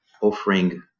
offering